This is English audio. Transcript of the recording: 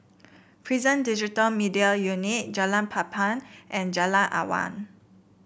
Prison Digital Media Unit Jalan Papan and Jalan Awang